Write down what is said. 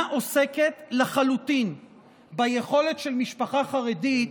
עוסקת לחלוטין ביכולת של משפחה חרדית,